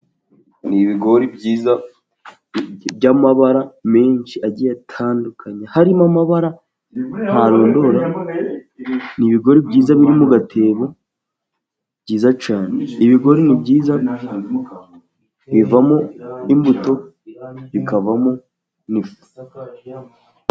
Ni ibigori byiza by'amabara menshi agiye atandukanyekanya harimo amabara ntarondora. Ni ibigori byiza biri mu gatebo byiza cyane. Ibigori ni byiza, bivamo imbuto, bikavamo n'ifu.